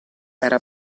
era